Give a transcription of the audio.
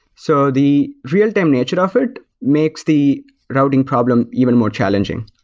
so the real time nature of it makes the routing problem even more challenging.